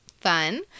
Fun